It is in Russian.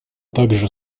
также